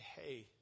hey